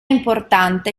importante